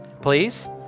Please